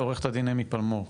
עו"ד אמי פלמור,